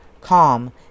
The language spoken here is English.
calm